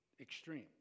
extreme